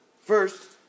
first